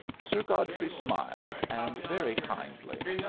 sir godfrey smiled, and very kindly.